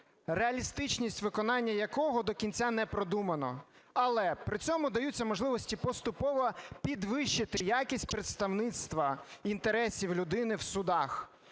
реалістичність виконання якого до кінця не продумано. Але при цьому даються можливості поступово підвищити якість представництва інтересів людини в судах.